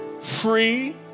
free